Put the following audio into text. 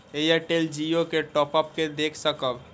Airtel Jio के top up के देख सकब?